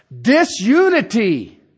Disunity